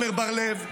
עומר בר לב,